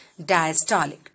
diastolic